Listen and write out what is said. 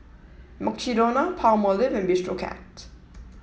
Mukshidonna Palmolive and Bistro Cat